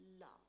love